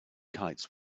kites